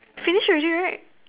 finish already right